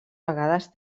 vegades